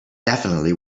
definitely